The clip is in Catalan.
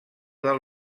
del